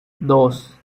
dos